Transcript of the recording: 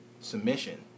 submission